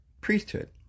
priesthood